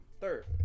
Third